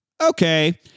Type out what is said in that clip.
Okay